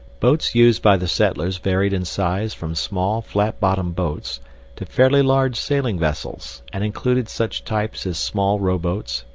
boats used by the settlers varied in size from small flat-bottom boats to fairly large sailing vessels, and included such types as small rowboats,